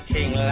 King